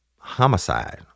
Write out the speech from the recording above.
homicide